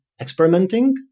experimenting